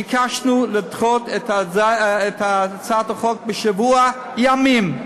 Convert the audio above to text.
ביקשנו לדחות את הצעת החוק בשבוע ימים.